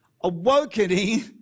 Awakening